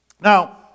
Now